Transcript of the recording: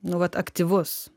nu vat aktyvus